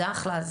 זה אחלה,